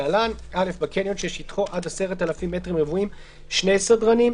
בקניון ששטחו עד 10,000 מטרים רבועים 2 סדרנים,